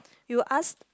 you ask